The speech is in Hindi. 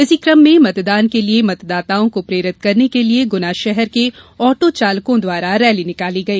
इसी क्रम में मतदान के लिये मतदाताओं को प्रेरित करने के लिये गुना शहर के आटो चालकों द्वारा रैली निकाली गई